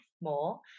more